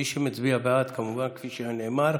מי שמצביע בעד, כמובן, כפי שנאמר,